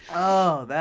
oh